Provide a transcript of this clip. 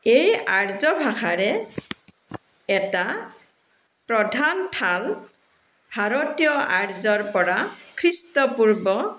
এই আৰ্য ভাষাৰে এটা প্ৰধান ঠাল ভাৰতীয় আৰ্যৰ পৰা খ্ৰীষ্টপূৰ্ব